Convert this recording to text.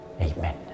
Amen